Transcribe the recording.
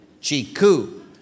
chiku